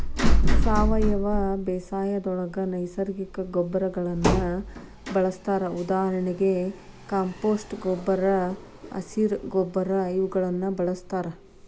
ಸಾವಯವ ಬೇಸಾಯದೊಳಗ ನೈಸರ್ಗಿಕ ಗೊಬ್ಬರಗಳನ್ನ ಬಳಸ್ತಾರ ಉದಾಹರಣೆಗೆ ಕಾಂಪೋಸ್ಟ್ ಗೊಬ್ಬರ, ಹಸಿರ ಗೊಬ್ಬರ ಇವುಗಳನ್ನ ಬಳಸ್ತಾರ